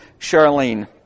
Charlene